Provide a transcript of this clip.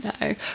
No